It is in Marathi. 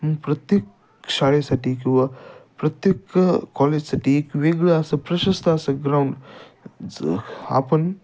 मग प्रत्येक शाळेसाठी किंवा प्रत्येक कॉलेजसाठी एक वेगळं असं प्रशस्त असं ग्राउंड जर आपण